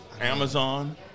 Amazon